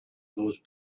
those